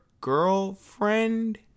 girlfriend